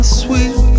sweet